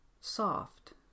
soft